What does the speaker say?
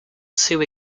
too